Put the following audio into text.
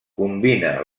combina